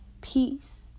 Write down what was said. peace